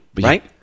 Right